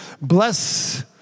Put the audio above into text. bless